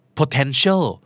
potential